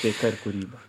taika ir kūryba